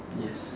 yes